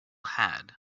had